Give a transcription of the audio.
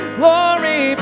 glory